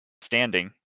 standing